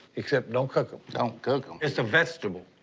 except don't cook em. don't cook em? it's a vegetable,